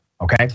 Okay